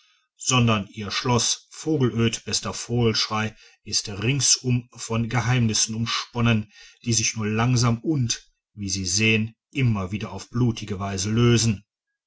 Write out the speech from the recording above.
sondern ihr schloß vogelöd bester vogelschrey ist ringsum von geheimnissen umsponnen die sich nur langsam und wie sie sehen immer wieder auf blutige weise lösen